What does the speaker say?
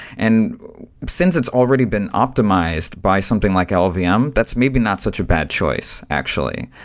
and since it's already been optimized by something like llvm, ah um that's maybe not such a bad choice actually,